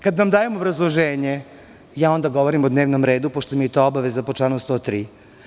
Kada vam dajem obrazloženje, ja onda govorim o dnevnom redu, pošto mi je to obaveza, po članu 103.